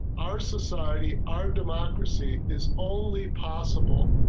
our society our democracy is only possible.